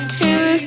two